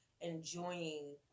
enjoying